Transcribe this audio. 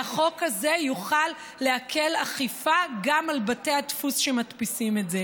והחוק הזה יוכל להקל את האכיפה גם על בתי הדפוס שמדפיסים את זה.